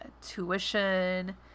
tuition